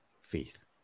faith